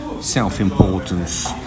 self-importance